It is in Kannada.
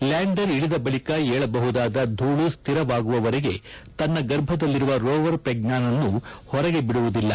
ಲ್ಲಾಂಡರ್ ಇಳಿದ ಬಳಿಕ ಏಳಬಹುದಾದ ಧೂಳು ಸ್ನಿರವಾಗುವವರೆಗೆ ತನ್ನ ಗರ್ಭದಲ್ಲಿರುವ ರೋವರ್ ಪ್ರಜ್ವಾನ್ ಅನ್ನು ಹೊರಗೆ ಬಿಡುವುದಿಲ್ಲ